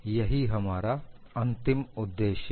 यही हमारा अंतिम उद्देश्य है